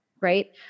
right